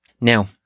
now